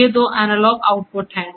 ये दो analogue output हैं